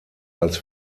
als